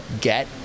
get